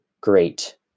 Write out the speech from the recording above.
great